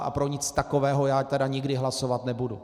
A pro nic takového já tedy nikdy hlasovat nebudu.